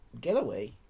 getaway